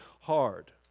hard